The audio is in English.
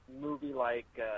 movie-like